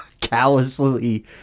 callously